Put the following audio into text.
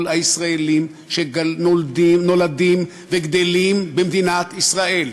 הישראלים שנולדים וגדלים במדינת ישראל.